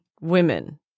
women